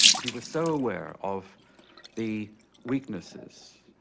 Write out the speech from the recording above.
he was so aware of the weaknesses,